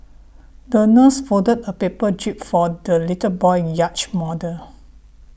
the nurse folded a paper jib for the little boy's yacht model